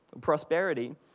prosperity